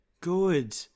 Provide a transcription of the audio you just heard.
Good